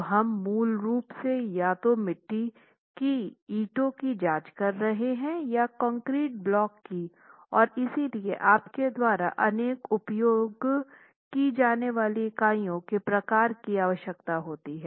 तो हम मूल रूप से या तो मिट्टी की ईंटों की जांच कर रहे हैं या कंक्रीट ब्लॉक की और इसलिए आपके द्वारा अनेक उपयोग की जाने वाली इकाइयों के प्रकार की आवश्यकता होती है